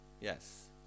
Yes